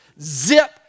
zip